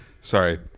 Sorry